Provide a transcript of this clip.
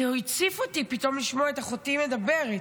זה הציף אותי פתאום, לשמוע את אחותי מדברת.